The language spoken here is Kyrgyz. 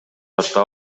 тарта